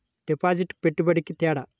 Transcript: డిపాజిట్కి పెట్టుబడికి తేడా?